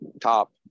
Top